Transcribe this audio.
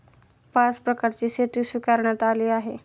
पाच प्रकारची शेती स्वीकारण्यात आली आहे